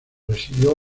residió